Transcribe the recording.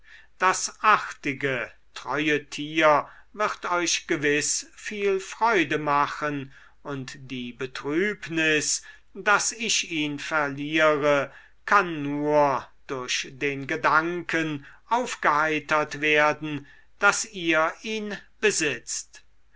das artige treue tier wird euch gewiß viel freude machen und die betrübnis daß ich ihn verliere kann nur durch den gedanken aufgeheitert werden daß ihr ihn besitzt